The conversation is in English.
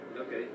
Okay